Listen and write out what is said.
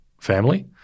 family